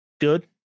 Good